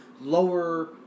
lower